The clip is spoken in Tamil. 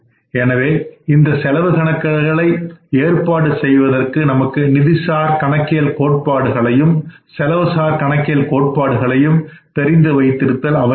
எனவே இந்த செலவு கணக்குகளை ஏற்பாடு செய்வதற்கு நமக்கு நிதிசார் கணக்கியல் கோட்பாடுகளையும் செலவுசார் கணக்கியல் கோட்பாடுகளையும் தெரிந்து வைத்திருத்தல் அவசியம்